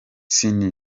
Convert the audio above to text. ciney